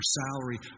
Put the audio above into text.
salary